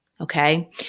Okay